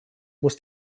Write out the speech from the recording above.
muss